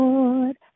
Lord